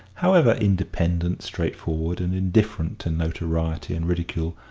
however independent, straightforward, and indifferent to notoriety and ridicule,